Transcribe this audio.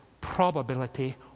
probability